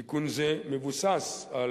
תיקון זה מבוסס על